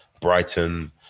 Brighton